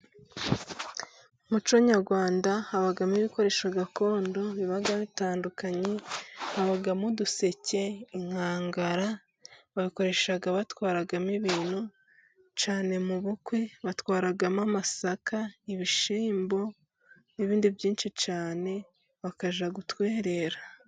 MU muco nyarwanda，habamo ibikoresho gakondo biba bitandukanye， habamo uduseke，inkangara bakoreshaga batwaramo ibintu， cyane mu bukwe，batwaramo amasaka， ibishyimbo n'ibindi byinshi cyane bakajya gutwerera.